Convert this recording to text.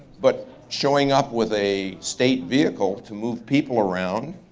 but showing up with a state vehicle to move people around,